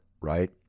right